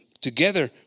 together